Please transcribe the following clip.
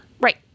Right